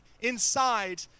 inside